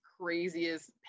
craziest